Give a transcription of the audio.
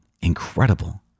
incredible